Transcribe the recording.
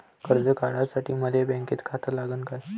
कर्ज काढासाठी मले बँकेत खातं लागन का?